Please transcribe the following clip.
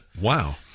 Wow